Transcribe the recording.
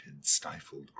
stifled